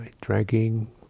dragging